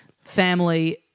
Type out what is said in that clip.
family